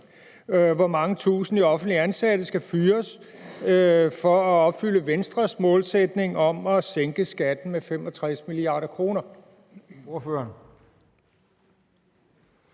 Hvor mange tusinde offentligt ansatte skal fyres for at opfylde Venstres målsætning om at sænke skatten med 65 mia. kr.?